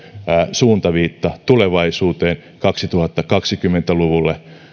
suuntaviitta tulevaisuuteen kaksituhattakaksikymmentä luvulle